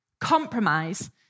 Compromise